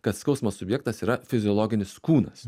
kad skausmo subjektas yra fiziologinis kūnas